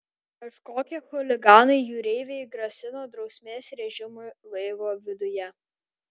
kažkokie chuliganai jūreiviai grasino drausmės režimui laivo viduje